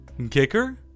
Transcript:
kicker